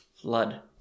Flood